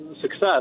success